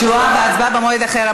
תשובה והצבעה במועד אחר.